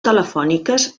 telefòniques